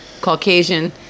Caucasian